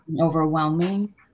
overwhelming